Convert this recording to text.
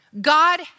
God